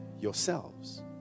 yourselves